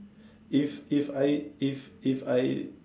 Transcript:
if if I if if I